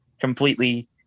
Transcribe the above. completely